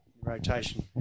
rotation